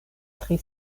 tri